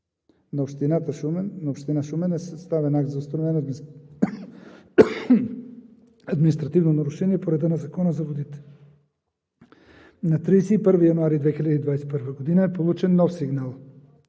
на Община Шумен е съставен акт за установено административно нарушение по реда на Закона за водите. На 31 януари 2021 г. е получен нов сигнал